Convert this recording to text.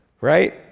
right